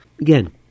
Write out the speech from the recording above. Again